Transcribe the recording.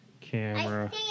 camera